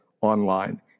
online